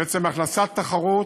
בעצם הכנסת תחרות,